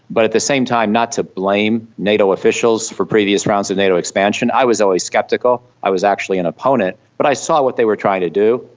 but at the same time not to blame nato officials for previous rounds of nato expansion. i was always sceptical, i was actually an opponent, but i saw what they were trying to do,